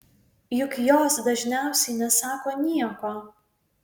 juk jos dažniausiai nesako nieko